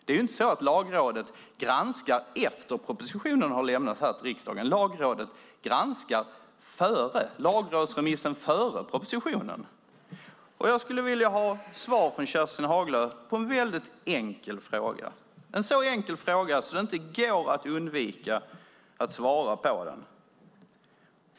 Det är ju inte så att Lagrådet granskar efter att propositionen har lämnats till riksdagen. Lagrådsremissen kommer före propositionen. Jag skulle vilja ha svar från Kerstin Haglö på en väldigt enkel fråga, en så enkel fråga att det inte går att undvika att svara på den.